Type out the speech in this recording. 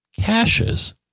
caches